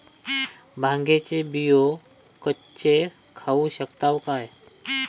भांगे चे बियो कच्चे खाऊ शकताव काय?